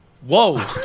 Whoa